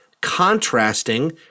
contrasting